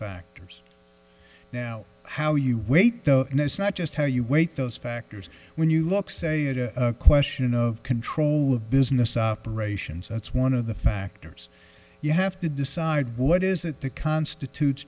factors now how you wait though and it's not just how you weight those factors when you look say it a question of control of business operations that's one of the factors you have to decide what is it that constitutes